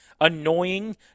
annoying